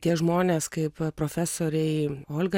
tie žmonės kaip profesoriai olga